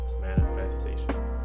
Manifestation